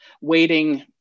waiting